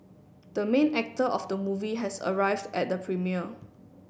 the main actor of the movie has arrived at the premiere